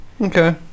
Okay